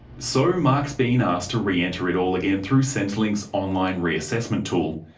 so mark's being asked to re-enter it all again through centrelink's online re-assessment tool.